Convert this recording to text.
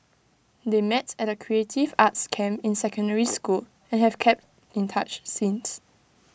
they met at A creative arts camp in secondary school and have kept in touch since